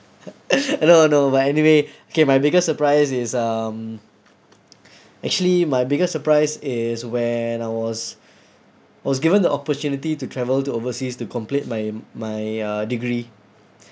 no no but anyway okay my biggest surprise is um actually my biggest surprise is when I was was given the opportunity to travel to overseas to complete my my uh degree